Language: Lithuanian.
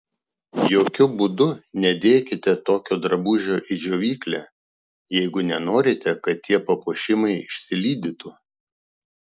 jokiu būdu nedėkite tokio drabužio į džiovyklę jeigu nenorite kad tie papuošimai išsilydytų